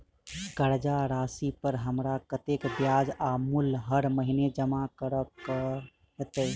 कर्जा राशि पर हमरा कत्तेक ब्याज आ मूल हर महीने जमा करऽ कऽ हेतै?